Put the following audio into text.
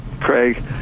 Craig